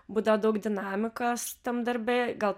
būdavo daug dinamikos tam darbe gal